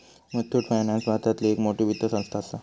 Muthoot finance भारतातली एक मोठी वित्त संस्था आसा